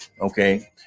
okay